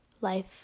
life